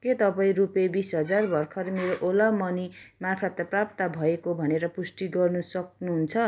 के तपाईँ रुपियाँ बिस हजार भर्खर मेरो ओला मनी मार्फत प्राप्त भएको भनेर पुष्टि गर्न सक्नुहुन्छ